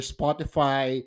Spotify